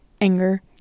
Anger